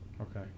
Okay